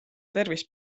tervis